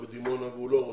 בדימונה, למשל, והוא לא רוצה?